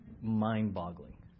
mind-boggling